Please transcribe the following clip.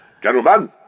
Gentlemen